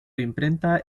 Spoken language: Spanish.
imprenta